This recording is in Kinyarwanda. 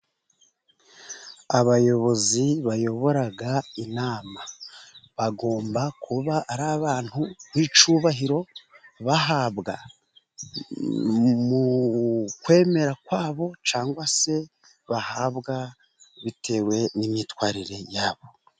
Abayobozi bayobora inama bagomba kuba ari abantu b'icyubahiro, bahabwa mu kwemera kwabo cyangwa se bahabwa bitewe n'imyitwarire yabo.